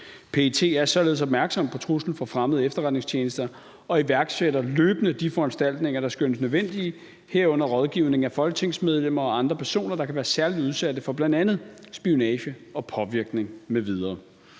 PET er således opmærksom på truslen fra fremmede efterretningstjenester og iværksætter løbende de foranstaltninger, der skønnes nødvendige, herunder rådgivning af folketingsmedlemmer og andre personer, der kan være særlig udsatte for bl.a. spionage og påvirkning m.v.